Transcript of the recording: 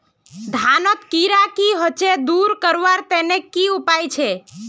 धानोत कीड़ा की होचे दूर करवार तने की उपाय छे?